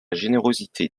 générosité